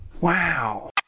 Wow